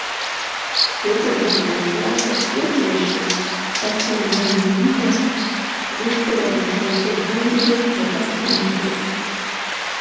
sudedama į šlapią sūrmaišį paslegiama inde užpilama šaltu vandeniu kad apsemtų